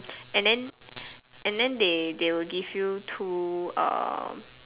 and then and then they they will give you two um